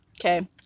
okay